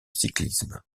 cyclisme